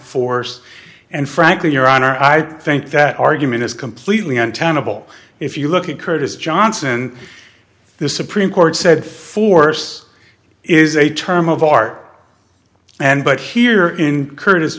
force and frankly your honor i think that argument is completely untenable if you look at curtis johnson the supreme court said force is a term of art and but here in curtis